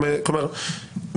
כלומר,